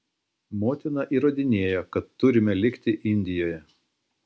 motina įrodinėjo kad turime likti indijoje